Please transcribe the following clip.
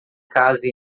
casa